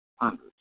hundreds